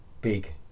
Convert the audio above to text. big